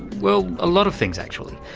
well, a lot of things actually,